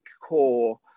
core